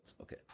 okay